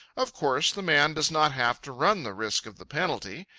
of course, the man does not have to run the risk of the penalty.